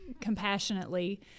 compassionately